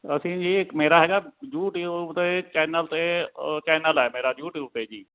ਅਸੀਂ ਜੀ ਇੱਕ ਮੇਰਾ ਹੈਗਾ ਯੂਟਿਊਬ 'ਤੇ ਚੈਨਲ 'ਤੇ ਚੈਨਲ ਹੈ ਮੇਰਾ ਯੂਟਿਊਬ 'ਤੇ ਜੀ